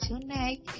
tonight